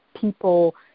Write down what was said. people